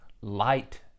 light